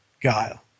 guile